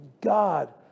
God